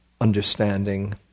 understanding